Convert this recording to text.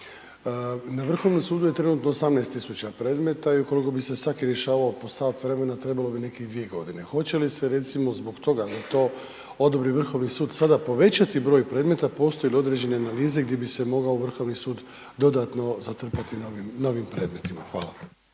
Na Vrhovnom sudu je trenutno 18 tisuća predmeta, i ukoliko bi se svaki rješavao po sat vremena, trebalo bi nekih 2 godine. Hoće li se recimo zbog toga, to, odobri Vrhovni sud, sada povećati broj predmeta, postoji li određene analize, gdje bi se mogao Vrhovni sud, dodatno zatrpati na ovim predmetima? Hvala.